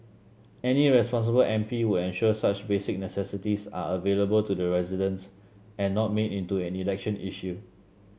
any responsible M P would ensure such basic necessities are available to the residents and not made into an election issue